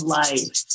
life